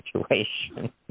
situation